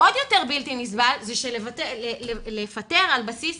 עוד יותר בלתי נסבל שלפטר על בסיס